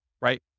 right